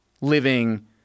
living